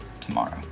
tomorrow